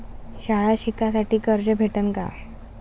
शाळा शिकासाठी कर्ज भेटन का?